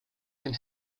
can